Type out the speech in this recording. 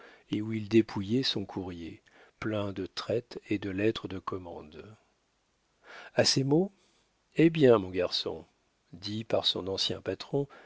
et où il dépouillait son courrier plein de traites et de lettres de commande a ces mots eh bien mon garçon dits par son ancien patron